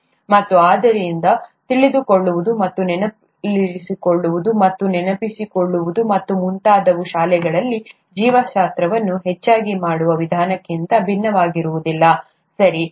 ಮತ್ತು ಆದ್ದರಿಂದ ತಿಳಿದುಕೊಳ್ಳುವುದು ಮತ್ತು ನೆನಪಿಸಿಕೊಳ್ಳುವುದು ಮತ್ತು ನೆನಪಿಸಿಕೊಳ್ಳುವುದು ಮತ್ತು ಮುಂತಾದವು ಶಾಲೆಗಳಲ್ಲಿ ಜೀವಶಾಸ್ತ್ರವನ್ನು ಹೆಚ್ಚಾಗಿ ಮಾಡುವ ವಿಧಾನಕ್ಕಿಂತ ಭಿನ್ನವಾಗಿರುವುದಿಲ್ಲ ಸರಿ